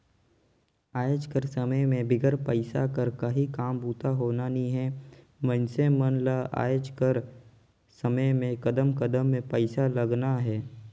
आएज कर समे में बिगर पइसा कर काहीं काम बूता होना नी हे मइनसे मन ल आएज कर समे में कदम कदम में पइसा लगना हे